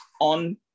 on